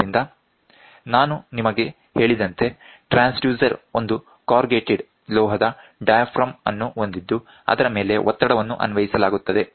ಆದ್ದರಿಂದ ನಾನು ನಿಮಗೆ ಹೇಳಿದಂತೆ ಟ್ರಾನ್ಸ್ಡ್ಯೂಸರ್ ಒಂದು ಕಾರ್ರುಗೇಟೆಡ್ ಲೋಹದ ಡಯಾಫ್ರಾಮ್ ಅನ್ನು ಹೊಂದಿದ್ದು ಅದರ ಮೇಲೆ ಒತ್ತಡವನ್ನು ಅನ್ವಯಿಸಲಾಗುತ್ತದೆ